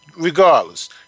Regardless